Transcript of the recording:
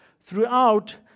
throughout